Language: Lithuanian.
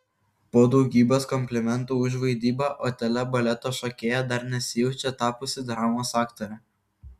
po daugybės komplimentų už vaidybą otele baleto šokėja dar nesijaučia tapusi dramos aktore